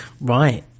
Right